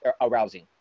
arousing